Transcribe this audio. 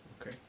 Okay